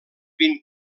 vint